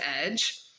edge